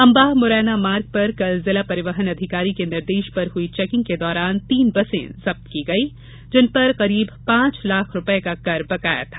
अम्बाह मुरैना मार्ग पर कल जिला परिवहन अधिकारी के निर्देश पर हई चेकिंग के दौरान तीन बसें जब्त की गईं हैं जिन पर करीब पांच लाख रुपये का कर बकाया था